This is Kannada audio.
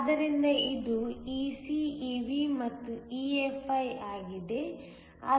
ಆದ್ದರಿಂದ ಇದು Ec Ev ಮತ್ತು EFi ಆಗಿದೆ